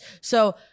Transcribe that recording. So-